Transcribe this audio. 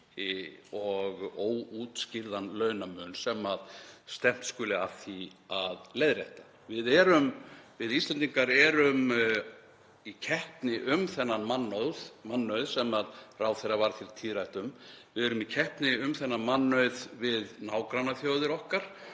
og óútskýrðan launamun sem stefnt skuli að því að leiðrétta. Við Íslendingar erum í keppni um þennan mannauð sem ráðherra varð tíðrætt um. Við erum í keppni um þennan mannauð við nágrannaþjóðir okkar.